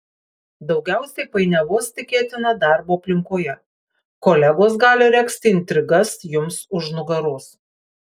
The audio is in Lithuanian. daugiausiai painiavos tikėtina darbo aplinkoje kolegos gali regzti intrigas jums už nugaros